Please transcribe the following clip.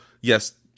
yes